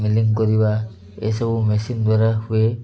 milling କରିବା ଏସବୁ machine ଦ୍ୱାରା ହୁଏ